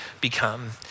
become